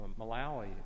Malawi